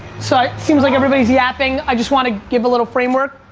so seems like everybody's yapping. i just want to give a little framework.